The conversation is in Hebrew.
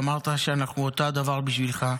ואמרת שאנחנו אותו הדבר בשבילך.